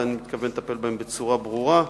ואני מתכוון לטפל בהם בצורה ברורה,